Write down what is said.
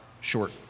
short